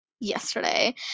yesterday